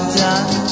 done